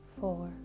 four